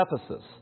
Ephesus